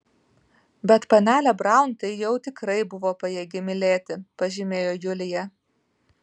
bet panelė braun tai jau tikrai buvo pajėgi mylėti pažymėjo julija